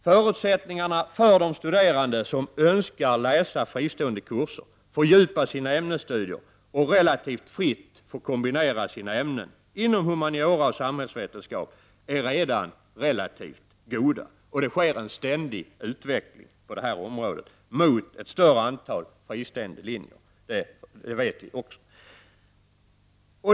Förutsättningarna för de studerande som önskar läsa fristående kurser att fördjupa sina ämnesstudier och relativt fritt kombinera sina ämnen inom humaniora och samhällsvetenskap är redan relativt goda, och det sker en ständig utveckling på det här området mot ett större antal fristående linjer.